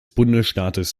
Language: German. bundesstaates